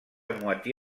moitié